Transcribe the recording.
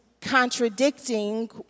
contradicting